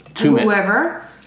whoever